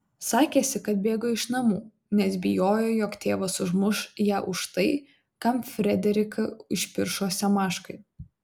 sakėsi kad bėgo iš namų nes bijojo jog tėvas užmuš ją už tai kam frederiką išpiršo semaškai